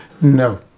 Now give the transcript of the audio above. No